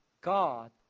God